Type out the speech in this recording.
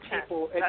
people